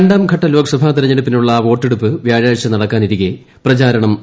രണ്ടാംഘട്ട ലോക്സഭാ തെരഞ്ഞെടുപ്പിനുള്ള വോട്ടെടുപ്പ് വ്യാഴാഴ്ച നടക്കാനിരിക്കെ പ്രചാരണം ഉച്ചസ്ഥായിയിൽ